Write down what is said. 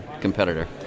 competitor